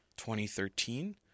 2013